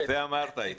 יפה אמרת, איתי.